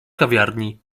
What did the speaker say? kawiarni